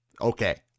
okay